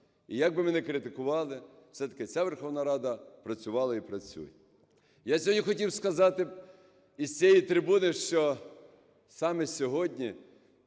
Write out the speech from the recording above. і як би ми не критикували, все-таки ця Верховна Рада працювала і працює. Я сьогодні хотів сказати із цієї трибуни, що саме сьогодні